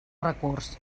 recurs